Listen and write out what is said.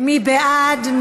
מי בעד?